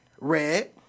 red